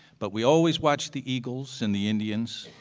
but we always watched the eagles and the indians,